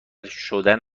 شدن